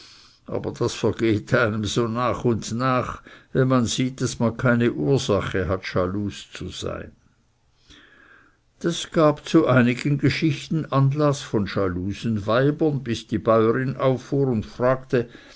aber das vergeht einem so nach und nach wenn man sieht daß man keine ursache hat schalus zu sein das gab zu einigen geschichten anlaß von schalusen weibern bis die bäurin auffuhr und fragte